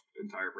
entire